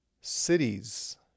cities